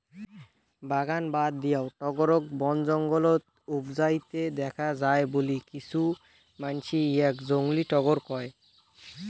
বাগান বাদ দিয়াও টগরক বনজঙ্গলত উবজাইতে দ্যাখ্যা যায় বুলি কিছু মানসি ইয়াক জংলী টগর কয়